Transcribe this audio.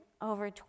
over